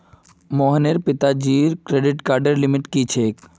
मोहनेर पिताजीर क्रेडिट कार्डर लिमिट की छेक